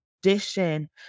addition